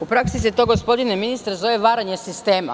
U praksi se to, gospodine ministre zove – varanje sistema.